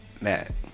Matt